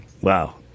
Wow